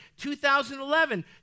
2011